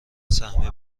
سهمیه